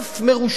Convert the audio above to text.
אין מה לעשות,